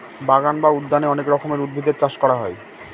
বাগান বা উদ্যানে অনেক রকমের উদ্ভিদের চাষ করা হয়